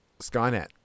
Skynet